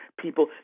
people